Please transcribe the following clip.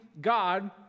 God